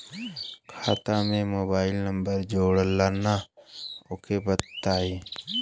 खाता में mobile number जोड़ना ओके बताई?